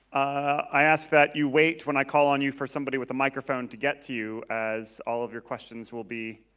i ask that you wait when i call on you for somebody with a microphone to get to you as all of your questions will be